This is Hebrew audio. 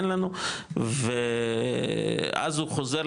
אין לנו ואז הוא חוזר,